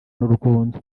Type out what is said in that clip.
n’urukundo